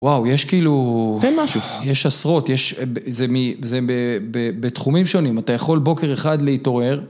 וואו, יש כאילו, יש עשרות, זה בתחומים שונים, אתה יכול בוקר אחד להתעורר.